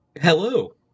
Hello